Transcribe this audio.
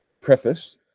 preface